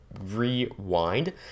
Rewind